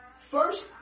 first